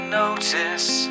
notice